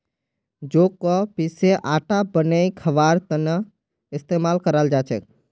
जौ क पीसे आटा बनई खबार त न इस्तमाल कराल जा छेक